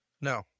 No